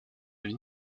vie